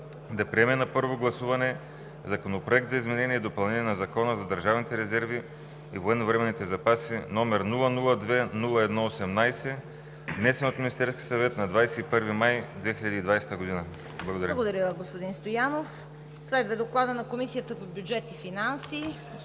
да приеме на първо гласуване Законопроект за изменение и допълнение на Закона за държавните резерви и военновременните запази, № 002-01-18, внесен от Министерския съвет на 21 май 2020 г.“ Благодаря. ПРЕДСЕДАТЕЛ ЦВЕТА КАРАЯНЧЕВА: Благодаря, господин Стоянов. Следва Докладът на Комисията по бюджет и финанси.